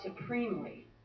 supremely